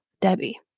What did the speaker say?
Debbie